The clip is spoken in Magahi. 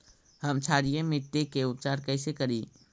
हम क्षारीय मिट्टी के उपचार कैसे करी?